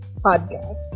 Podcast